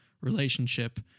relationship